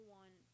one